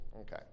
Okay